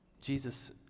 Jesus